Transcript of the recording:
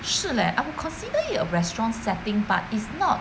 是 leh I will consider it a restaurant setting but it's not